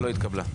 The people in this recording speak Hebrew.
לא התקבלה.